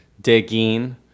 digging